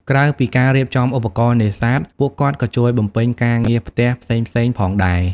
ក្រៅពីការរៀបចំឧបករណ៍នេសាទ ពួកគាត់ក៏ជួយបំពេញការងារផ្ទះផ្សេងៗផងដែរ។